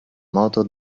moto